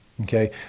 Okay